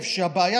כמה?